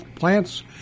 Plants